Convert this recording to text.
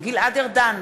גלעד ארדן,